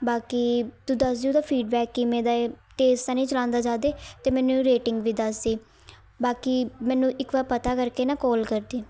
ਬਾਕੀ ਤੂੰ ਦੱਸ ਦੀ ਉਹਦਾ ਫੀਡਬੈਕ ਕਿਵੇਂ ਦਾ ਹੈ ਤੇਜ਼ ਤਾਂ ਨਹੀਂ ਚਲਾਉਂਦਾ ਜ਼ਿਆਦਾ ਅਤੇ ਮੈਨੂੰ ਰੇਟਿੰਗ ਵੀ ਦੱਸ ਦੀ ਬਾਕੀ ਮੈਨੂੰ ਇੱਕ ਵਾਰ ਪਤਾ ਕਰਕੇ ਨਾ ਕੋਲ ਕਰਦੀ